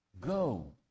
Go